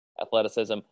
athleticism